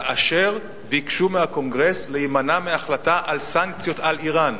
כאשר ביקשו מהקונגרס להימנע מהחלטה על סנקציות על אירן.